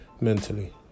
mentally